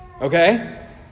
okay